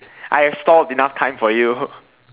I have stalled enough time for you